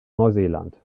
neuseeland